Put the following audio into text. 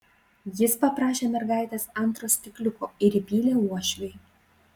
jis paprašė mergaitės antro stikliuko ir įpylė uošviui